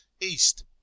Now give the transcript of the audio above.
East